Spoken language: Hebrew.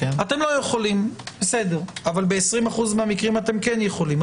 אבל ב-20% מהמקרים אתם כן יכולים.